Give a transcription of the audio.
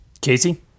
Casey